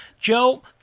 Joe